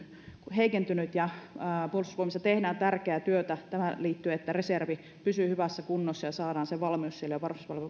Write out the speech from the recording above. heikentynyt puolustusvoimissa tehdään tärkeää työtä tähän liittyen että reservi pysyy hyvässä kunnossa ja saadaan se valmius siellä jo varusmiespalveluksen